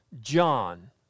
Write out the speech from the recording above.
John